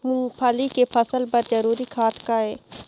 मूंगफली के फसल बर जरूरी खाद का ये?